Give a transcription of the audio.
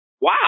wow